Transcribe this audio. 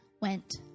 went